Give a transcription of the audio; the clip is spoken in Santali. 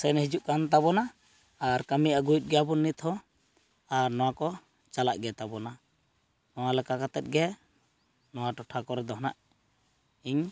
ᱥᱮᱱ ᱦᱤᱡᱩᱜ ᱠᱟᱱ ᱛᱟᱵᱚᱱᱟ ᱟᱨ ᱠᱟᱹᱢᱤ ᱟᱹᱜᱩᱭᱮᱫ ᱜᱮᱭᱟᱵᱚᱱ ᱱᱤᱛ ᱦᱚᱸ ᱟᱨ ᱱᱚᱣᱟ ᱠᱚ ᱪᱟᱞᱟᱜ ᱜᱮᱛᱟᱵᱚᱱᱟ ᱱᱚᱣᱟ ᱞᱮᱠᱟ ᱠᱟᱛᱮᱫ ᱜᱮ ᱱᱚᱣᱟ ᱴᱚᱴᱷᱟ ᱠᱚᱨᱮᱫ ᱫᱚ ᱱᱟᱦᱟᱸᱜ ᱤᱧ